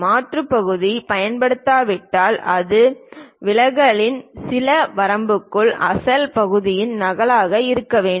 மாற்று பகுதி பயன்படுத்தப்பட்டால் அது விலகலின் சில வரம்புகளுக்குள் அசல் பகுதியின் நகலாக இருக்க வேண்டும்